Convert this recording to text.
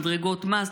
מדרגות מס,